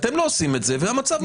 אתם לא עושים את זה, והמצב ממשיך.